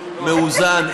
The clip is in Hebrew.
מאוזן,